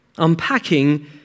unpacking